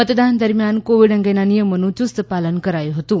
મતદાન દરમિયાન કોવિડ અંગેના નિયમોનું યુસ્ત પાલન કરાયું હતું